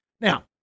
Now